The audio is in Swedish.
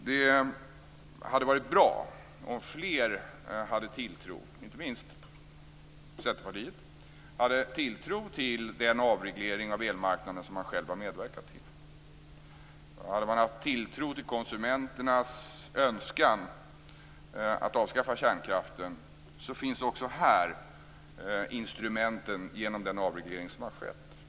Det hade varit bra om fler hade tilltro, inte minst Centerpartiet, till den avreglering av elmarknaden som man själv har medverkat till. Om man hade haft tilltro till konsumenternas önskan att avskaffa kärnkraften finns också här instrumenten genom den avreglering som har skett.